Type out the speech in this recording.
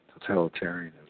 totalitarianism